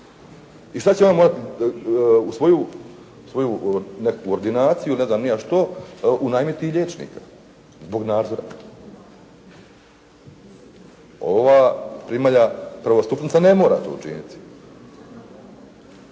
i šta će ona u svoju nekakvu ordinaciju unajmiti i liječnika zbog nadzora. Ova primalja prvostupnica to ne mora učiniti,